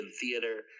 Theater